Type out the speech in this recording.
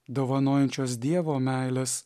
dovanojančios dievo meilės